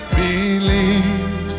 believe